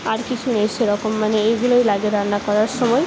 আর কিছু নেই সেরকম মানে এইগুলোই লাগে রান্না করার সময়ে